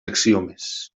axiomes